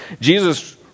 Jesus